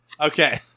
Okay